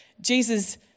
Jesus